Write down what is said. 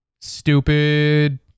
stupid